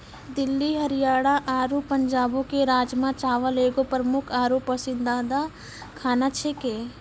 दिल्ली हरियाणा आरु पंजाबो के राजमा चावल एगो प्रमुख आरु पसंदीदा खाना छेकै